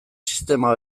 sistema